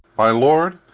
my lord,